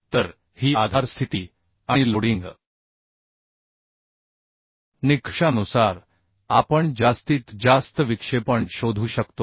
तर ही आधार स्थिती आणि लोडिंग निकषानुसार आपण जास्तीत जास्त विक्षेपण शोधू शकतो